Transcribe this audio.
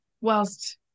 whilst